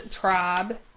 tribe